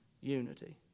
Unity